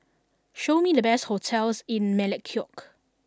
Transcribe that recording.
show me the best hotels in Melekeok